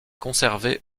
conservée